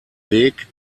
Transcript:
weg